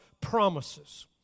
promises